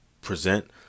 present